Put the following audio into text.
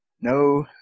No